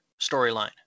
storyline